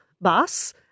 bus